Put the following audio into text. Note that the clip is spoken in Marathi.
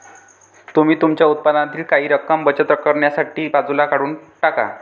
तुम्ही तुमच्या उत्पन्नातील काही रक्कम बचत करण्यासाठी बाजूला काढून टाका